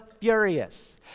furious